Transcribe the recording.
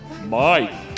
Mike